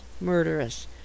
murderous